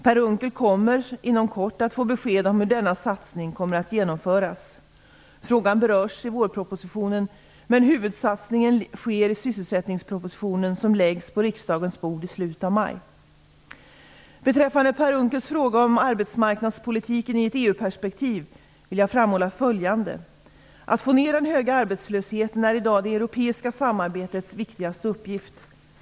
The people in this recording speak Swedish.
Per Unckel kommer inom kort att få besked om hur denna satsning kommer att genomföras. Frågan berörs i vårpropositionen. Men huvudsatsningen sker i sysselsättningspropositionen, som läggs på riksdagens bord i slutet av maj. Beträffande Per Unckels fråga om arbetsmarknadspolitiken i ett EU-perspektiv vill jag framhålla följande: Att få ner den höga arbetslösheten är i dag det europeiska samarbetets viktigaste uppgift.